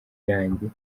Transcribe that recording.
irangiye